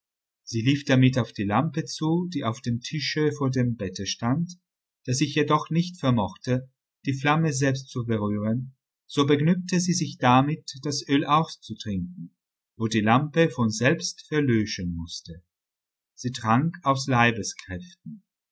sie lief damit auf die lampe zu die auf dem tische vor dem bette stand da sie jedoch nicht vermochte die flamme selbst zu berühren so begnügte sie sich damit das öl auszutrinken wo die lampe von selbst verlöschen mußte sie trank aus leibeskräften